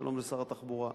שלום לשר התחבורה.